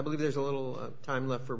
believe there's a little time left for